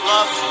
Love